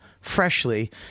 freshly